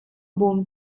bawm